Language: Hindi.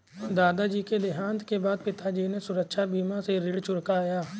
दादाजी के देहांत के बाद पिताजी ने सुरक्षा बीमा से ऋण चुकाया